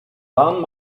waren